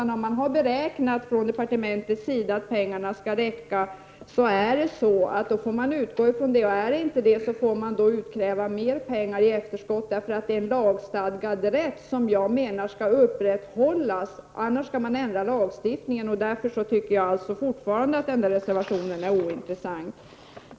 Departementet har sagt att pengarna skall räcka, och då får vi utgå från det. Räcker de inte, får man utkräva mer pengar i efterskott, för här är det en lagstadgad rätt som jag menar skall upprätthållas — annars skall man ändra lagstiftningen. Därför tycker jag fortfarande att reservationen är ointressant.